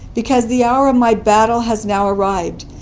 because the hour of my battle has now arrived.